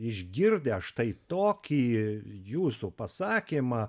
išgirdę štai tokį jūsų pasakymą